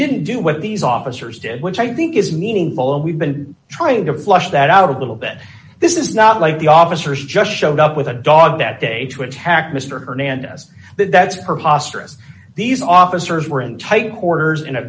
didn't do what these officers did which i think is meaningful and we've been trying to flush that out a little bit this is not like the officers just showed up with a dog that day to attack mister hernandez that that's our hostages these officers were in tight quarters in a